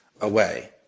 away